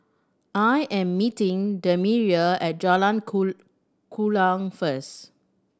I am meeting Demetria at Jalan Kuala first